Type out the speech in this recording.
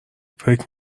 فکر